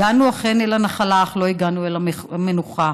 הגענו אל הנחלה, אך עדיין לא אל המנוחה.